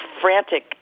frantic